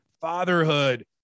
fatherhood